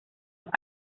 los